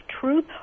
truth